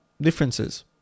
differences